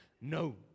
No